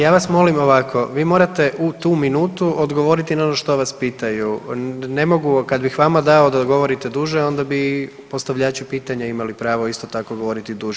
Ja vas molim ovako, vi morate u tu minutu odgovoriti na ono što vas pitaju, ne mogu, kad bih vama dao da govorite duže, onda bi postavljači pitanja imali pravo isto tako govoriti duže.